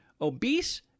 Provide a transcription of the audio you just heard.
obese